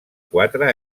quatre